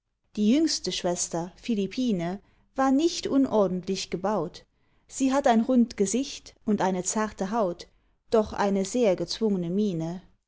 die jüngste schwester philippine war nicht unordentlich gebaut sie hatt ein rund gesicht und eine zarte haut doch eine sehr gezwungne miene